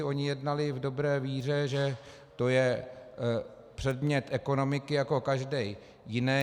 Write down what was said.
Oni jednali v dobré víře, že to je předmět ekonomiky jako každý jiný.